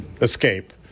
escape